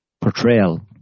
portrayal